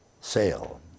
sale